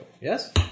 yes